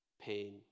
pain